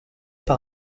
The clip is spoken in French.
par